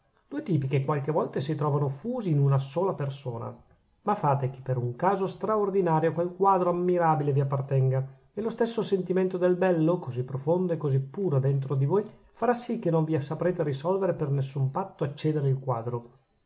due tipi che qualche volta si trovano fusi in una sola persona ma fate che per un caso straordinario quel quadro ammirabile vi appartenga e lo stesso sentimento del bello così profondo e così puro dentro di voi farà sì che non vi saprete risolvere per nessun patto a cedere il quadro